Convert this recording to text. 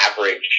average